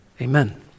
amen